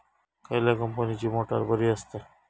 खयल्या कंपनीची मोटार बरी असता?